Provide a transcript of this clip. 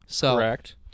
Correct